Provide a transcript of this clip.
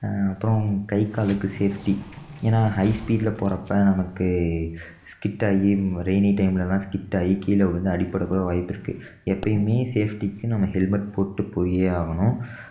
அப்புறம் கை காலுக்கு சேஃப்டி ஏன்னால் ஹை ஸ்பீடில் போறப்ப நமக்கு ஸ்கிட் ஆகி ரெயினி டைம்லெலாம் ஸ்கிட் ஆகி கீழே விழுந்து அடிபட கூட வாய்ப்பு இருக்குது எப்போயுமே சேஃப்டிக்கு நம்ம ஹெல்மெட் போட்டு போயே ஆகணும்